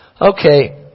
Okay